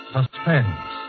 Suspense